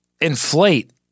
inflate